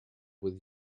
with